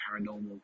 paranormal